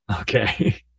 Okay